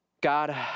God